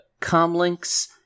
comlinks